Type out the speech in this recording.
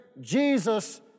Jesus